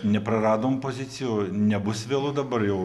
nepraradom pozicijų nebus vėlu dabar jau